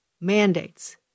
mandates